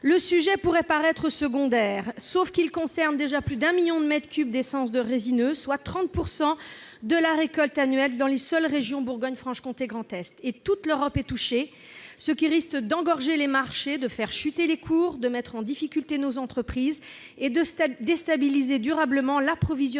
Le sujet pourrait paraître secondaire, sauf qu'il concerne déjà plus de 1 million de mètres cubes d'essences résineuses, soit 30 % de la récolte annuelle dans les seules régions Bourgogne-Franche-Comté et Grand Est. Toute l'Europe du Nord est touchée, ce qui risque d'engorger les marchés, de faire chuter les cours, de mettre en difficulté nos entreprises et de déstabiliser durablement l'approvisionnement